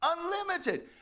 unlimited